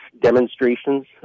demonstrations